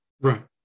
Right